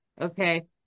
okay